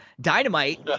Dynamite